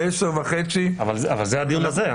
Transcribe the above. אבל זה הדיון הזה.